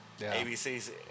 ABC